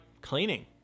cleaning